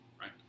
right